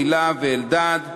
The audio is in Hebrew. הילה ואלדד,